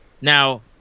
Now